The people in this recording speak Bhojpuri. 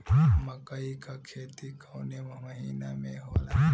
मकई क खेती कवने महीना में होला?